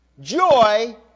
Joy